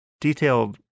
detailed